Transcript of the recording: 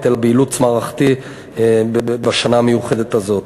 אלא באילוץ מערכתי בשנה המיוחדת הזאת.